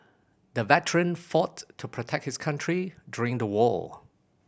the veteran fought to protect his country during the war